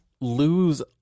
lose